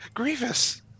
grievous